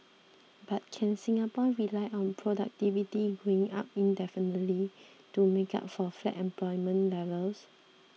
but can Singapore rely on productivity going up indefinitely to make up for flat employment levels